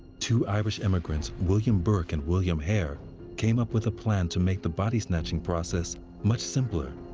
two irish immigrants william burke and william hare came up with a plan to make the body snatching process much simpler.